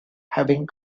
having